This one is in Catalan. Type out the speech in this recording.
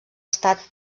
estat